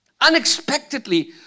Unexpectedly